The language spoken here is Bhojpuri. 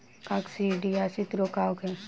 काकसिडियासित रोग का होखे?